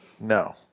No